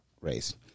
race